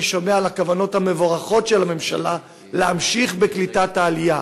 אני שומע על הכוונות המבורכות של הממשלה להמשיך בקליטת העלייה.